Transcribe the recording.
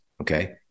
Okay